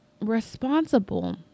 responsible